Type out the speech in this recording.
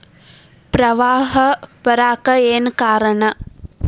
ಪ್ರವಾಹ ಬರಾಕ್ ಏನ್ ಕಾರಣ?